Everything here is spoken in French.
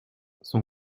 son